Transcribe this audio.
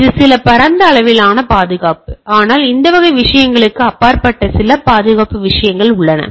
இது சில பரந்த அளவிலான பாதுகாப்பு ஆனால் இந்த வகை விஷயங்களுக்கு அப்பாற்பட்ட சில பாதுகாப்பு விஷயங்கள் உள்ளன